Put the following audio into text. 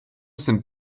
sind